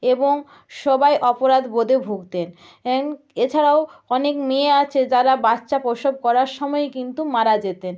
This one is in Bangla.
এবং সবাই অপরাধবোধে ভুগতেন এন এছাড়াও অনেক মেয়ে আছে যারা বাচ্চা প্রসব করার সময়ে কিন্তু মারা যেতেন